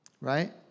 right